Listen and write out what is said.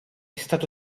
stato